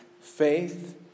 Faith